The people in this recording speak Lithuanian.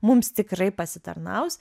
mums tikrai pasitarnaus